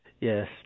Yes